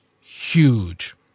huge